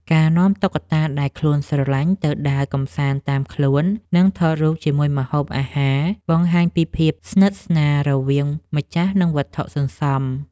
ការនាំតុក្កតាដែលខ្លួនស្រឡាញ់ទៅដើរកម្សាន្តតាមខ្លួន និងថតរូបជាមួយម្ហូបអាហារ បង្ហាញពីភាពស្និទ្ធស្នាលរវាងម្ចាស់និងវត្ថុសន្សំ។